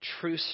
true